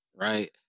right